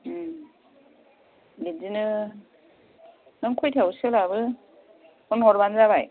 उम बिदिनो नों खयथायाव सोलाबो फन हरब्लानो जाबाय